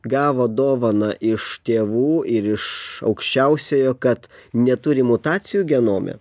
gavo dovaną iš tėvų ir iš aukščiausiojo kad neturi mutacijų genome